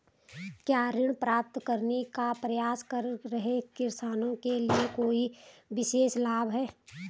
क्या ऋण प्राप्त करने का प्रयास कर रहे किसानों के लिए कोई विशेष लाभ हैं?